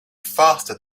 faster